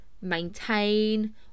maintain